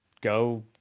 go